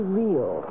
real